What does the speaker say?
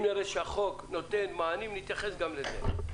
אם נראה שהחוק נותן מענים, נתייחס גם לזה.